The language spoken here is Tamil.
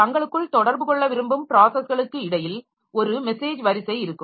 தங்களுக்குள் தொடர்பு கொள்ள விரும்பும் ப்ராஸஸ்களுக்கு இடையில்ஒரு மெசேஜ் வரிசை இருக்கும்